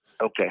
Okay